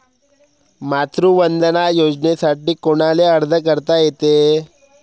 मातृवंदना योजनेसाठी कोनाले अर्ज करता येते?